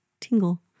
tingle